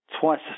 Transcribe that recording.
twice